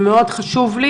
חשוב לי